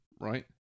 Right